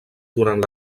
durant